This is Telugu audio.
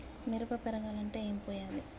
మిరప పెరగాలంటే ఏం పోయాలి?